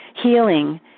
healing